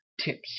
tips